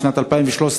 שנת 2013,